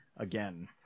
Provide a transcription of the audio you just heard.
Again